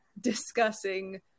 Discussing